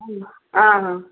ହଁ ହଁ ହଁ